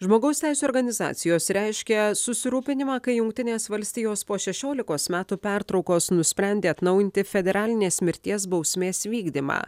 žmogaus teisių organizacijos reiškia susirūpinimą kai jungtinės valstijos po šešiolikos metų pertraukos nusprendė atnaujinti federalinės mirties bausmės vykdymą